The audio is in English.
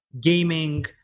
gaming